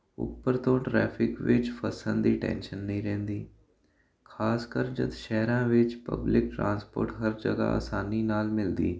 ਉੱਪਰ ਤੋਂ ਟਰੈਫਿਕ ਵਿੱਚ ਫਸਣ ਦੀ ਟੈਂਸ਼ਨ ਨਹੀਂ ਰਹਿੰਦੀ ਖਾਸ ਕਰ ਜੱਦ ਸ਼ਹਿਰਾਂ ਵਿੱਚ ਪਬਲਿਕ ਟਰਾਂਸਪੋਰਟ ਹਰ ਜਗ੍ਹਾ ਆਸਾਨੀ ਨਾਲ ਮਿਲਦੀ